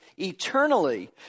eternally